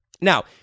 Now